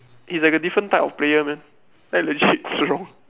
he's like a different type of player man like legit Zhi-Rong